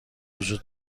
وجود